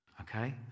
Okay